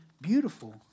beautiful